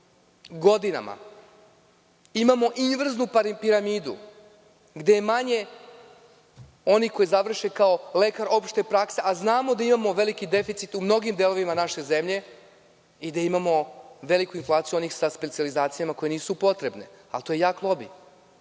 godinama. Imamo inverznu piramidu gde je manje onih koji završe kao lekar opšte prakse, a znamo da imamo veliki deficit u mnogim delovima naše zemlje i da imamo veliku inflaciju onih sa specijalizacijama koje nisu potrebno, ali to je jak lobi.